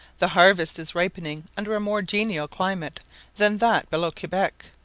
the harvest is ripening under a more genial climate than that below quebec.